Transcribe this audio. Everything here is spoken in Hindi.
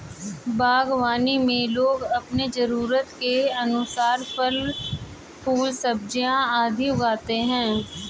बागवानी में लोग अपनी जरूरत के अनुसार फल, फूल, सब्जियां आदि उगाते हैं